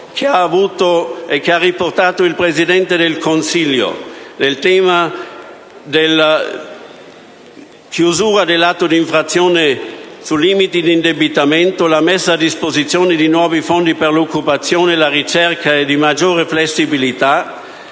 il successo che ha riportato il Presidente del Consiglio in merito alla chiusura della procedura di infrazione e sui limiti dell'indebitamento, la messa a disposizione di nuovi fondi per l'occupazione e la ricerca e la maggiore flessibilità